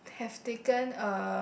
have taken a